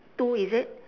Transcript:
two is it